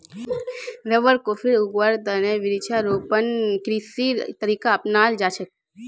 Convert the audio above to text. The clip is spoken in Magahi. रबर, कॉफी उगव्वार त न वृक्षारोपण कृषिर तरीका अपनाल जा छेक